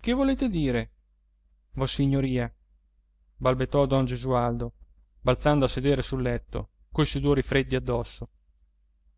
che volete dire vossignoria balbettò don gesualdo balzando a sedere sul letto coi sudori freddi addosso